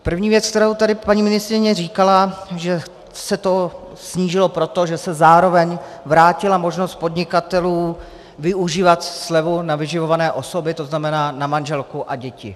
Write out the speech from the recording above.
První věc, kterou tady paní ministryně říkala, že se to snížilo proto, že se zároveň vrátila možnost podnikatelů využívat slevu na vyživované osoby, to znamená na manželku a děti.